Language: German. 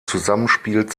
zusammenspiel